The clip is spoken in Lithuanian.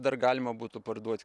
dar galima būtų parduot